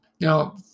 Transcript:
Now